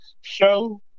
show